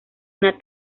una